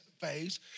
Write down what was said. phase